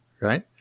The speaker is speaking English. right